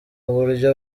uburyo